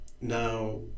Now